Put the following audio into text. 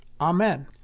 Amen